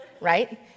right